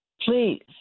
please